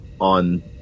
on